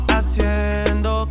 Haciendo